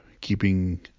keeping